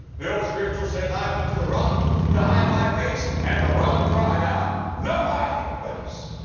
the old spiritual says, i went to the rock to hide my face, and the rock cried out no hiding place,